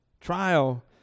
trial